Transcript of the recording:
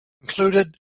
included